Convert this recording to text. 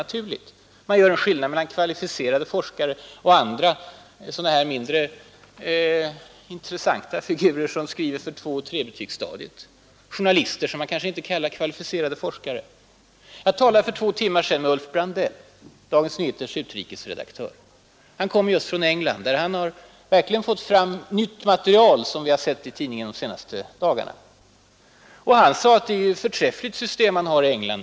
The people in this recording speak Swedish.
Man gör alltså skillnad mellan ”kvalificerade forskare” och andra, mindre intressanta figurer, som skriver t.ex. för tvåeller trebetygsstadiet. Alla journalister kallar man kanske inte heller för kvalificerade forskare. Jag talade för två timmar sedan med Dagens Nyheters utrikesredaktör Ulf Brandell. Han har just kommit från England, där han har fått fram nytt material, som vi har kunnat läsa i tidningen de senaste dagarna. Han sade att man har ett förträffligt system nu i England.